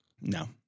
No